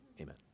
Amen